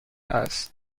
هست